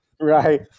Right